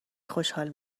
خوشحال